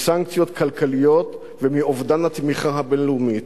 מסנקציות כלכליות ומאובדן התמיכה הבין-לאומית,